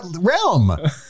realm